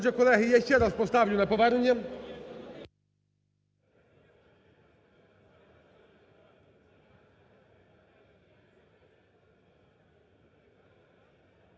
Отже, колеги, я ще раз поставлю на повернення.